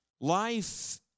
Life